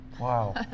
Wow